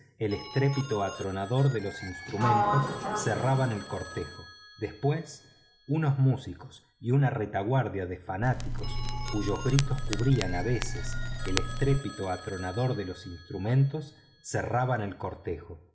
el cinturón de cachemir adiamantado y sus magníficas armas de príncipe hindú después unos músicos y una retaguardia de fanáticos cuyos gritos cubrían a veces el estrépito atronador de los instrumentos cerraban el cortejo